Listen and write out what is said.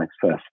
first